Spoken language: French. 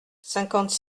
cinquante